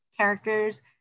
characters